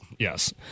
Yes